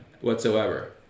whatsoever